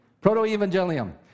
Proto-Evangelium